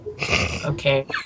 Okay